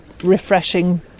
refreshing